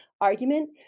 argument